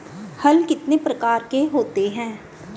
हल कितने प्रकार के होते हैं?